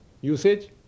Usage